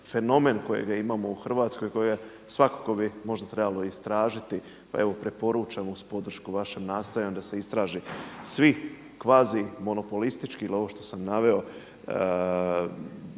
fenomen kojega imamo u Hrvatskoj … svakako bi možda trebalo istražiti. Pa evo preporučamo uz podršku vašem nastojanju da se istraži svi kvazi monopolistički ili ovo što sam naveo